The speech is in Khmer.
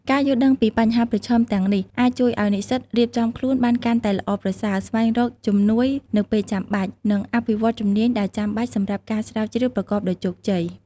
ការយល់ដឹងពីបញ្ហាប្រឈមទាំងនេះអាចជួយឱ្យនិស្សិតរៀបចំខ្លួនបានកាន់តែល្អប្រសើរ ស្វែងរកជំនួយនៅពេលចាំបាច់ និងអភិវឌ្ឍជំនាញដែលចាំបាច់សម្រាប់ការស្រាវជ្រាវប្រកបដោយជោគជ័យ។